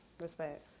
Respect